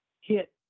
hit